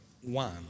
One